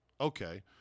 Okay